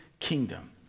kingdom